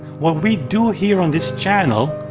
what we do here on this channel,